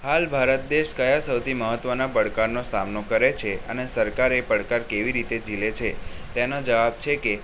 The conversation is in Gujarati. હાલ ભારત દેશ કયા સૌથી મહત્વના પડકારનો સામનો કરે છે અને સરકાર એ પડકાર કેવી રીતે ઝીલે છે તેનો જવાબ છે કે